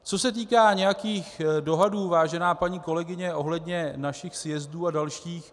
Co se týká nějakých dohadů, vážená paní kolegyně, ohledně našich sjezdů a dalších.